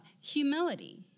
humility